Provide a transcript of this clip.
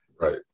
right